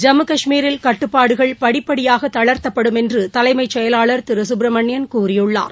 ஜம்மு காஷ்மீரில் கட்டுப்பாடுகள் படிப்படியாக தளர்த்தப்படும் என்று தலைமைச் செயலாளர் திரு சுப்பிரமணியன் கூறியுள்ளார்